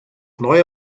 neue